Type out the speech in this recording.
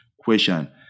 question